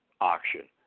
auction